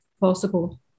possible